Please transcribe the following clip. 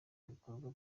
bikorwa